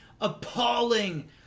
appalling